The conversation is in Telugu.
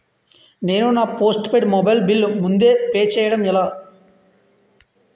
నేను నా పోస్టుపైడ్ మొబైల్ బిల్ ముందే పే చేయడం ఎలా?